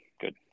good